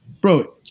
bro